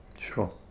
sure